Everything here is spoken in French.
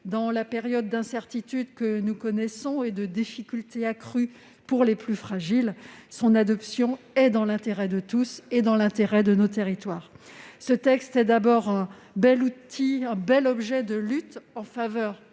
Dans la période d'incertitude que nous connaissons, marquée par des difficultés accrues pour les plus fragiles, son adoption est dans l'intérêt de tous, en particulier des territoires. Ce texte est d'abord un bel objet de lutte en faveur